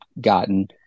gotten